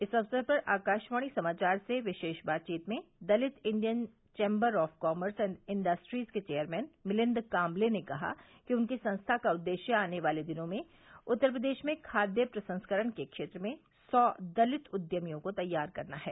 इस अवसर पर आकाशवाणी समाचार से विशेष बातचीत में Dalit Indian chamber of commerce and industries के चेयरमैन मिलिन्द काम्बले ने कहा कि उनकी संस्था का उद्देश्य आने वाले दिनों में उत्तर प्रदेश में खाद्य प्रसंस्करण के क्षेत्र में सौ दलित उद्यमियों को तैयार करना है